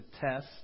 test